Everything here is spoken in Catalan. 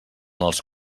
els